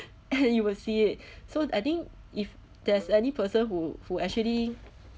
and you will see it so I think if there's any person who who actually